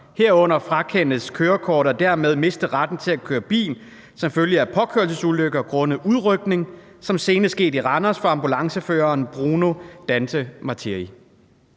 herunder frakendes kørekortet og dermed miste retten til at køre bil som følge af påkørselsulykker grundet udrykning, som senest sket i Randers for ambulanceføreren Bruno Dante Martiri?